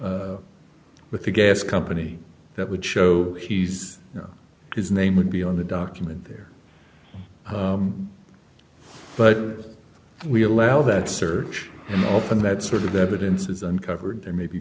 the with the gas company that would show he's you know his name would be on the document here but we allow that search in the open that sort of evidence is uncovered there may be